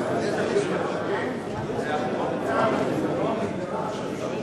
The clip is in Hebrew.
איתן רוצה לומר משהו.